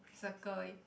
circle it